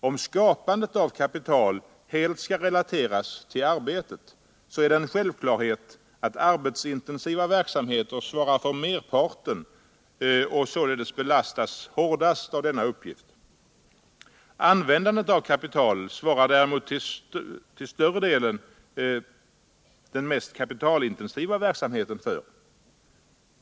Om skapandet av kapital helt skall relateras till arbetet, så är det en självklarhet att arbetsintensiva verksamheter svarar för merparten och således belastas hårdast med denna uppgift. Användandet av kapital svarar däremot till större delen den mest kapitalintensiva verksamheten för.